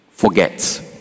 Forgets